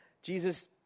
Jesus